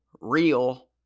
real